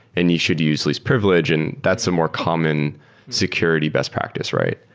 and you should use this privilege and that's a more common security best practice, right?